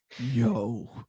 Yo